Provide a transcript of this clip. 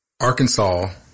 Arkansas